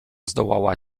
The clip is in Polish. zdołała